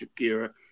Shakira